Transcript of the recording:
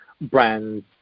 brand's